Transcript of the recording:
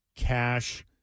cash